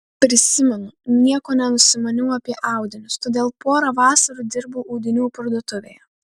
prisimenu nieko nenusimaniau apie audinius todėl porą vasarų dirbau audinių parduotuvėje